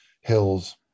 hills